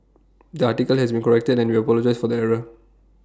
the article has been corrected and we apologise for the error